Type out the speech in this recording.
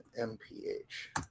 MPH